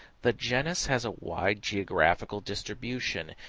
the genus has a wide geographical distribution,